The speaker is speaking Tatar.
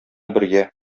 бергә